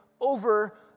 over